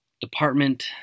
department